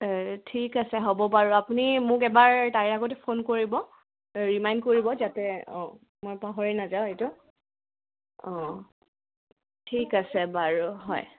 ঠিক আছে হ'ব বাৰু আপুনি মোক এবাৰ তাৰে আগতে ফোন কৰিব ৰিমাইণ্ড কৰিব যাতে অঁ মই পাহৰি নাযাওঁ এইটো অঁ ঠিক আছে বাৰু হয়